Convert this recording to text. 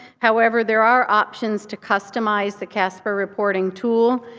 however there are options to customize the casper reporting tool.